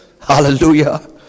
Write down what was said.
Hallelujah